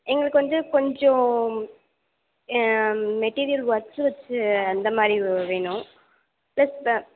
எங்களுக்கு வந்து கொஞ்சம் மெட்டீரியல் ஒர்க்ஸ் வைச்சு அந்த மாதிரி வேணும் ப்ளஸ்